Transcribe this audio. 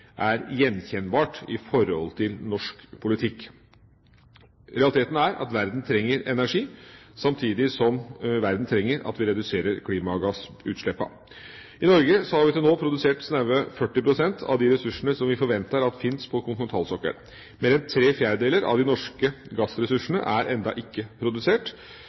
er gjenkjennbar i norsk politikk. Realiteten er at verden trenger energi, samtidig som verden trenger at vi reduserer klimagassutslippene. I Norge har vi til nå produsert snaue 40 pst. av de ressursene som vi forventer finnes på kontinentalsokkelen. Mer enn tre fjerdedeler av de norske gassressursene er ennå ikke produsert.